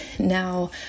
Now